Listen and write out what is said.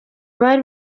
bari